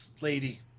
lady